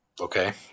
Okay